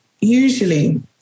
usually